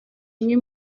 umwe